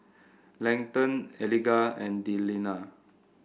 Leighton Eliga and Delina